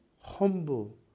humble